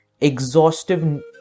exhaustive